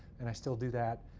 and i still do that.